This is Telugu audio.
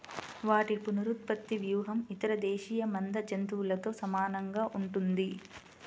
వాటి పునరుత్పత్తి వ్యూహం ఇతర దేశీయ మంద జంతువులతో సమానంగా ఉంటుంది